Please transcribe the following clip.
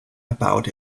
about